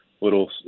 little